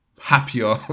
Happier